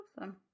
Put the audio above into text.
Awesome